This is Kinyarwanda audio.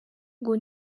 ngo